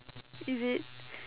is it